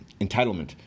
entitlement